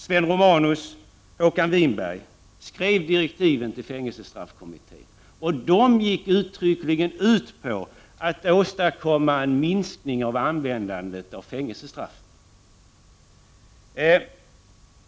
Sven Romanus och Håkan Winberg skrev direktiven till fängelsestraffkommittén — och dessa gick uttryckligen ut på att åstadkomma en minskning av användandet av fängelsestraff.